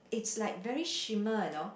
it's like very shimmer you know